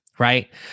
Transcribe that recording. Right